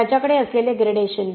त्याच्याकडे असलेले ग्रेडेशन